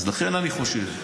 אז לכן אני חושב,